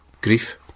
Grief